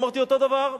אמרתי, אותו דבר.